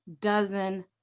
dozen